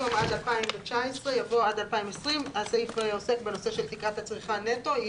במקום ״עד 2019״ יבוא ״עד 2020״. הסעיף עוסק בנושא של תקרת הצריכה נטו.